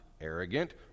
arrogant